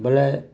ବେଲେ